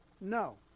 no